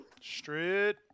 Straight